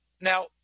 Now